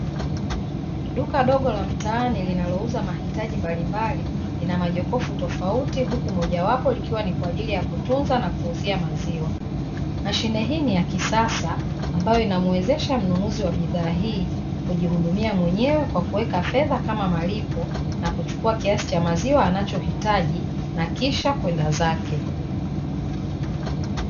Duka dogo la mtaani linalouza mahitaji mbalimbali, lina majokofu tofauti, huku mojawapo likiwa kwa ajili ya kutunza na kuuzia maziwa. Mashine hii ni ya kisasa ambayo inamuwezesha mnunuzi wa bidhaa hii kujihudumia mwenyewe kwa kuweka fedha kama malipo na kuchukua kiasi cha maziwa anachohitaji na kisha kwenda zake.